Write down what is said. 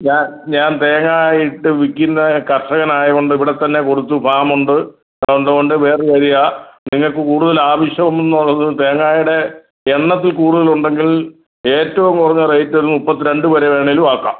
ഞാൻ ഞാൻ തേങ്ങ ഇട്ട് വിൽക്കുന്ന കർഷകൻ ആയ കൊണ്ട് ഇവിടത്തന്നെ കൊടുത്തു ഫാം ഉണ്ട് അതുകൊണ്ട് വേറെ ഒരു വഴിയാ നിങ്ങക്ക് കൂടുതൽ ആവശ്യം ഒന്നുന്ന് ഉള്ളത് തേങ്ങായുടെ എണ്ണത്തിൽ കൂടുതൽ ഉണ്ടെങ്കിൽ ഏറ്റവും കൂറഞ്ഞ റേറ്റ് ഒരു മൂപ്പത്തി രണ്ട് വരെ വേണേലും ആക്കാം